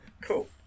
Cool